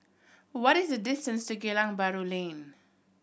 what is the distance to Geylang Bahru Lane